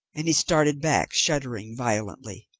and he started back, shuddering violently.